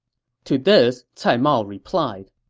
to this, cai mao replied,